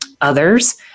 others